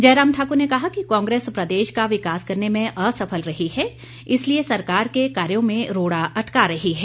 जयराम ठाक्र ने कहा कि कांग्रेस प्रदेश का विकास करने में असफल रही है इसलिए सरकार के कार्यो में रोड़ा अटका रही है